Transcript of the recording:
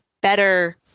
better